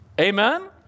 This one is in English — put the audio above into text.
amen